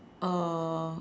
uh